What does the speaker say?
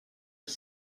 els